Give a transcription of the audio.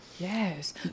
yes